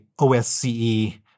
OSCE